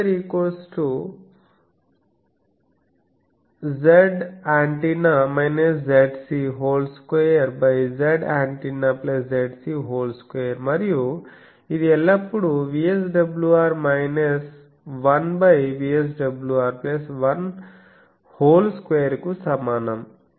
కాబట్టి ఇది I г I2 | Zant Zc|2| Zant Zc|2 మరియు ఇది ఎల్లప్పుడూ | VSWR 1|2 కు సమానం